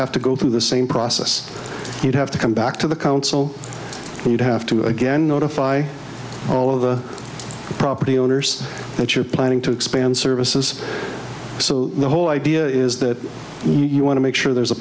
have to go through the same process you'd have to come back to the council and you'd have to again notify all of the property owners that you're planning to expand services so the whole idea is that you want to make sure there's a